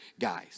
guys